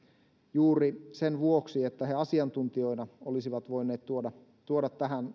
juuri sen vuoksi että he asiantuntijoina olisivat voineet tuoda tuoda tähän